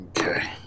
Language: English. Okay